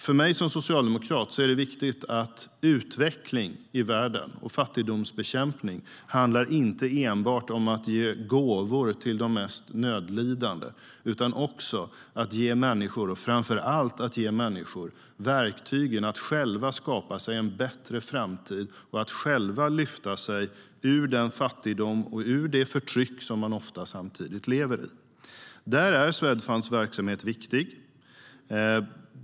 För mig som socialdemokrat är det viktigt att utveckling i världen och fattigdomsbekämpning inte enbart handlar om att ge gåvor till de mest nödlidande, utan det handlar framför allt om att ge människor verktygen för att själva skapa sig en bättre framtid och själva lyfta sig ur den fattigdom och ur det förtryck som de samtidigt ofta lever i. Där är Swedfunds verksamhet viktig.